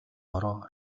бороо